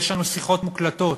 ויש לנו שיחות מוקלטות,